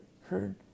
heard